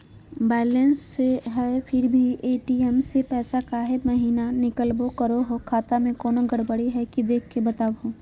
Balance है फिर भी भी ए.टी.एम से पैसा काहे महिना निकलब करो है, खाता में कोनो गड़बड़ी है की देख के बताहों?